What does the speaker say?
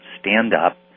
stand-up